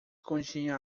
continha